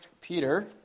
Peter